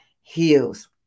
heals